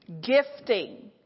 gifting